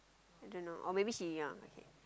I don't know or maybe she yeah okay